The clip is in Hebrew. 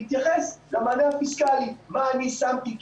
אני אומר שוב: מאחר שהדברים עדיין לא סגורים,